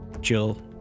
Jill